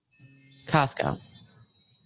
costco